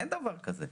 אין דבר כזה.